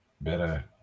better